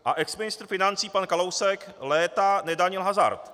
A exministr financí pan Kalousek léta nedanil hazard.